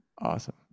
awesome